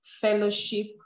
fellowship